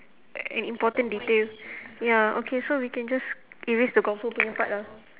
an important detail ya okay so we can just erase the golfer punya part ah